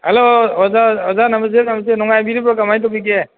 hello ꯑꯣꯖꯥ ꯑꯣꯖꯥ ꯅꯃꯦꯁꯇꯦ ꯅꯃꯦꯁꯇꯦ ꯅꯨꯡꯉꯥꯏꯕꯤꯔꯤꯕ꯭ꯔꯣ ꯀꯃꯥꯏ ꯇꯧꯕꯤꯒꯦ